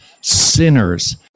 sinners